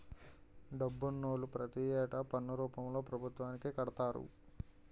డబ్బునోళ్లు ప్రతి ఏటా పన్ను రూపంలో పభుత్వానికి కడతారు